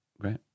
Great